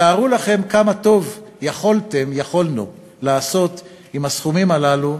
תארו לכם כמה טיוב יכולתם-יכולנו לעשות עם הסכומים הללו,